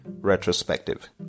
Retrospective